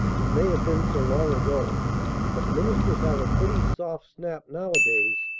it may have been so long ago but ministers have a pretty soft snap nowadays,